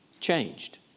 Changed